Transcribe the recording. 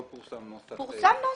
פורסם נוסח.